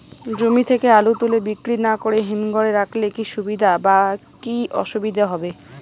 জমি থেকে আলু তুলে বিক্রি না করে হিমঘরে রাখলে কী সুবিধা বা কী অসুবিধা হবে?